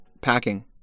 packing